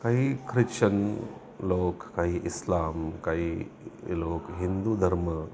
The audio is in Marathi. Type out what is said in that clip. काही ख्रिच्चन लोक काही इस्लाम काही लोक हिंदू धर्म